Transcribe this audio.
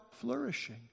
flourishing